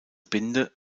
binde